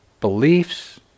beliefs